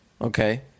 Okay